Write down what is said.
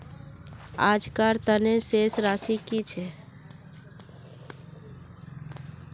आजकार तने शेष राशि कि छे?